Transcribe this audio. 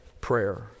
prayer